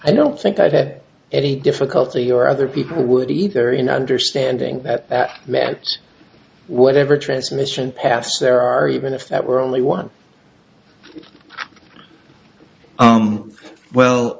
i don't think i've had any difficulty or other people would either in understanding that that whatever transmission paths there are even if that were only one um well